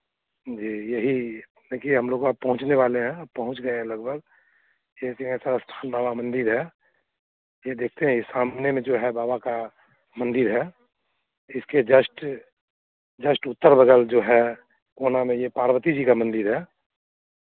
जी यही देखिए हम लोग अब पहुँचने वाले हैं अब पहुँच गए हैं लगभग ये सिंहेश्वर स्थान बाबा मंदिर है ये देखते हैं ये सामने में जो है बाबा का मंदिर है इसके जस्ट जस्ट उत्तर बगल जो है कोना में ये पार्वती जी का मंदिर है